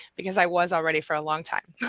because i was already for a long time,